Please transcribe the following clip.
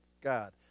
God